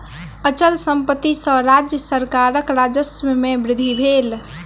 अचल संपत्ति सॅ राज्य सरकारक राजस्व में वृद्धि भेल